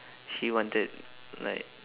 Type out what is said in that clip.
he wanted like